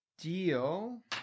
Deal